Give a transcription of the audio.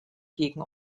gegen